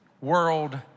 world